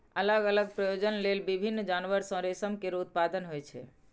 अलग अलग प्रयोजन लेल विभिन्न जानवर सं रेशम केर उत्पादन होइ छै